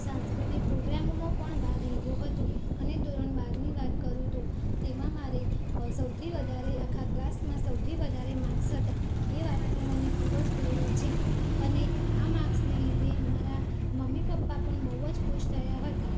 સાંસ્કૃતિક પ્રોગ્રામોમાં પણ ભાગ લીધો હતો અને ધોરણ બારની વાત કરું તો તેમાં મારે અ સૌથી વધારે આખા ક્લાસમાં સૌથી વધારે માક્સ હતા એ વાતનો મને ખૂબ જ ગૌરવ છે અને આ માર્ક્સને લીધે મારાં મમ્મી પપ્પા પણ બહુ જ ખુશ થયા હતા